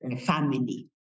family